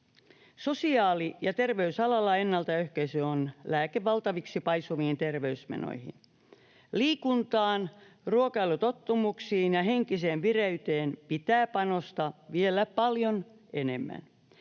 Sosiaali‑ ja terveysalalla ennaltaehkäisy on lääke valtaviksi paisuviin terveysmenoihin. Liikuntaan, ruokailutottumuksiin ja henkiseen vireyteen pitää panostaa vielä paljon enemmän.